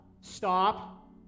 Stop